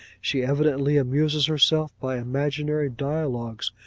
she evidently amuses herself by imaginary dialogues,